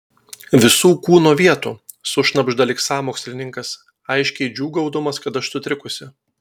visų kūno vietų sušnabžda lyg sąmokslininkas aiškiai džiūgaudamas kad aš sutrikusi